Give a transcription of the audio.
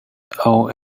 old